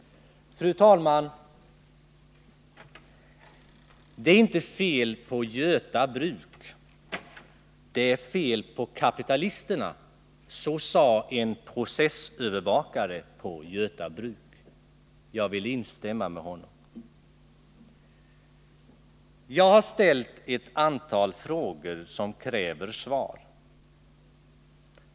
Fru talman! Det är inte fel på Göta bruk, det är fel på kapitalisterna. Så sade en processövervakare på Göta bruk, och jag vill instämma i detta. Jag har ställt ett antal frågor som kräver svar.